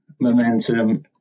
momentum